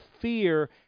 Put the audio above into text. fear